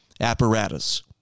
apparatus